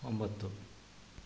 ಒಂಬತ್ತು